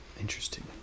interesting